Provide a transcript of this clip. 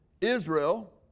Israel